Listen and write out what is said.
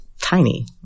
tiny